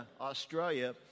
Australia